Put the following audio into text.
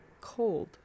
Cold